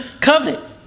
covenant